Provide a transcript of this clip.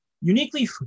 uniquely